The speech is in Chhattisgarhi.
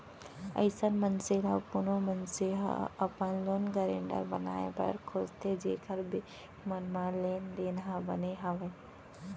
अइसन मनसे ल कोनो मनसे ह अपन लोन गारेंटर बनाए बर खोजथे जेखर बेंक मन म लेन देन ह बने राहय